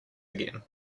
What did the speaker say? again